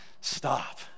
stop